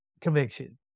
conviction